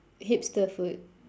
hipster food